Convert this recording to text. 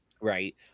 Right